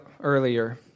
earlier